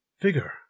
figure